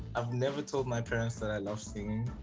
i've never told my parents that i love singing.